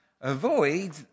avoid